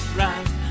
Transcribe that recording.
right